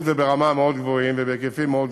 וברמה מאוד גבוהות ובהיקפים מאוד גבוהים,